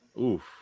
Oof